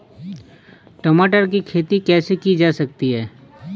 टमाटर की खेती कैसे की जा सकती है?